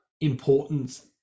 importance